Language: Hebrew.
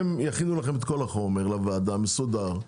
הם יכינו לכם את כל החומר לוועדה, מסודר.